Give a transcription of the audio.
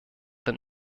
den